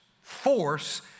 force